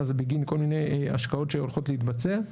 זה בגין כל מיני השקעות שהולכות להתבצע,